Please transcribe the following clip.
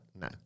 No